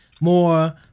More